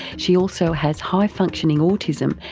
she also has high functioning autism,